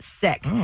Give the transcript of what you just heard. sick